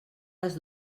les